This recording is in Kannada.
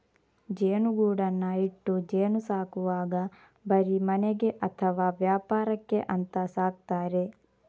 ಜೇನುಗೂಡನ್ನ ಇಟ್ಟು ಜೇನು ಸಾಕುವಾಗ ಬರೀ ಮನೆಗೆ ಅಥವಾ ವ್ಯಾಪಾರಕ್ಕೆ ಅಂತ ಸಾಕ್ತಾರೆ